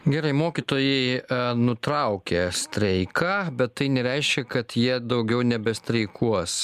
gerai mokytojai nutraukė streiką bet tai nereiškia kad jie daugiau nebestreikuos